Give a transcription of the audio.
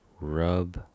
rub